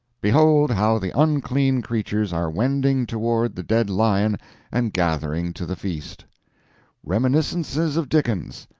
behold how the unclean creatures are wending toward the dead lion and gathering to the feast reminiscences of dickens.